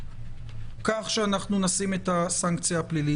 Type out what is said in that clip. כך שאנחנו נשים את הסנקציה הפלילית.